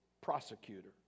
prosecutor